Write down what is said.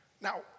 Now